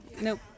nope